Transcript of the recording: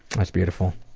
that's beautiful.